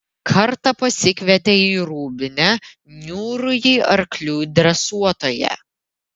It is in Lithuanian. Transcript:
kartą pasikvietė į rūbinę niūrųjį arklių dresuotoją